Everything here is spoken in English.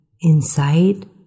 inside